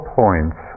points